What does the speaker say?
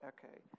Okay